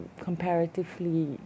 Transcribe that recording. comparatively